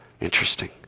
Interesting